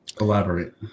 Elaborate